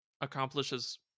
accomplishes